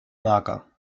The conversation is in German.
mager